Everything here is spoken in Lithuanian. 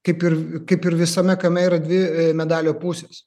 kaip ir kaip ir visame kame yra dvi medalio pusės